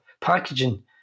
packaging